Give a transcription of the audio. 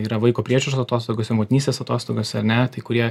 yra vaiko priežiūros atostogose motinystės atostogose ar ne kurie